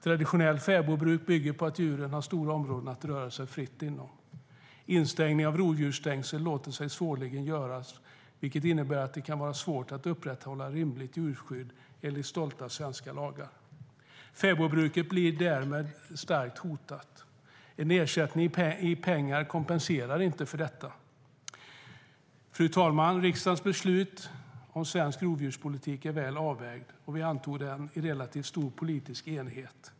Traditionellt fäbodbruk bygger på att djuren har stora områden att röra sig fritt inom. Instängning med rovdjursstängsel låter sig svårligen göras, vilket innebär att det kan vara svårt att upprätthålla ett rimligt djurskydd enligt stolta svenska lagar. Fäbodbruket blir därmed starkt hotat. En ersättning i pengar kompenserar inte för detta. Fru talman! Riksdagens beslut om svensk rovdjurspolitik är väl avvägt. Vi antog politiken i relativt stor politisk enighet.